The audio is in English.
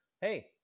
Hey